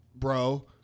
Bro